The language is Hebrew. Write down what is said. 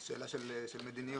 זו שאלה של מדיניות.